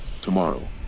tomorrow